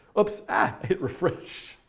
whoops, ah, i hit refresh,